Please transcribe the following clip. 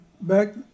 Back